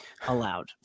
allowed